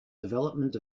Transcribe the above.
development